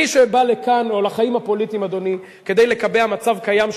מי שבא לכאן או לחיים הפוליטיים כדי לקבע מצב קיים,